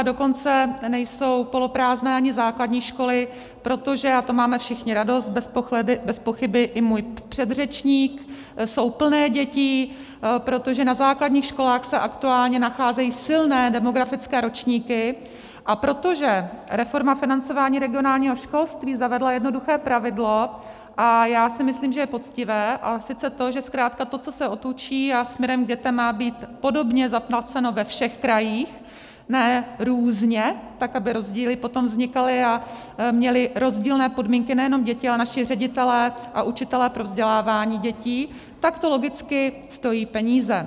Dokonce nejsou poloprázdné ani základní školy, protože a to máme všichni radost, bezpochyby i můj předřečník jsou plné děti, protože na základních školách se aktuálně nacházejí silné demografické ročníky, a protože reforma financování regionálního školství zavedla jednoduché pravidlo, a já si myslím, že je poctivé, a sice to, že zkrátka to, co se odučí a směrem k dětem má být podobně zaplaceno ve všech krajích, ne různě, tak aby rozdíly potom vznikaly a měly rozdílné podmínky nejenom děti, ale i naši ředitelé a učitelé pro vzdělávání dětí, tak to logicky stojí peníze.